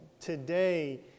Today